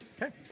Okay